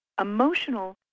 emotional